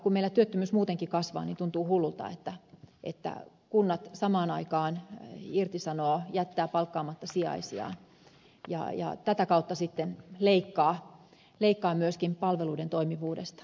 kun meillä työttömyys muutenkin kasvaa tuntuu hullulta että kunnat samaan aikaan irtisanovat jättävät palkkaamatta sijaisia ja tätä kautta leikkaavat myöskin palveluiden toimivuudesta